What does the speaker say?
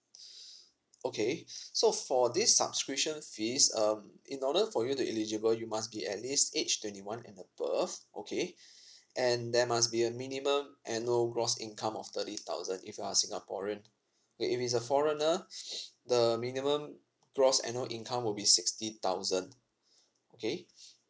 okay so for this subscription fees um in order for you to eligible you must be at least age twenty one and above okay and there must be a minimum annual gross income of thirty thousand if you are singaporean i~ if it's a foreigner the minimum gross annual income will be sixty thousand okay